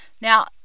Now